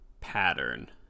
pattern